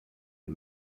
les